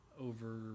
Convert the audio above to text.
over